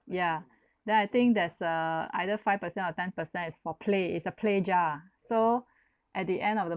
yeah then I think there's uh either five percent or ten percent is for play it's a play jar so at the end of the